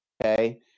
okay